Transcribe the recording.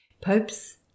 pope's